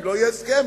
אם לא יהיה הסכם,